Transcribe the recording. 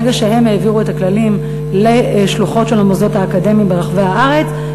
ברגע שהם העבירו את הכללים לשלוחות של המוסדות האקדמיים ברחבי הארץ,